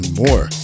more